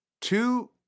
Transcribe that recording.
Two